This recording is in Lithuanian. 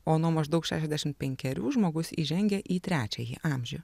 o nuo maždaug šešiasdešim penkerių žmogus įžengia į trečiąjį amžių